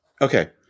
okay